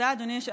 זנדברג,